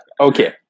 Okay